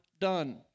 done